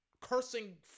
cursing